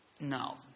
No